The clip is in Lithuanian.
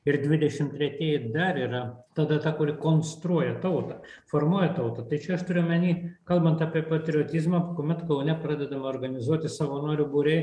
ir dvidešim tretieji dar yra tada ta kuri konstruoja tautą formuoja tautą tai čia aš turiu omeny kalbant apie patriotizmą kuomet kaune pradedama organizuoti savanorių būriai